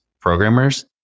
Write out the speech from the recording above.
programmers